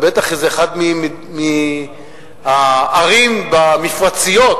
זו בטח איזו אחת מהערים המודרניות במפרץ,